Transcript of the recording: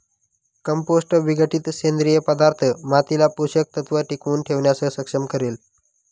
compost विघटित सेंद्रिय पदार्थ मातीला पोषक तत्व टिकवून ठेवण्यास सक्षम करेल